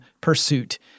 pursuit –